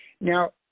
Now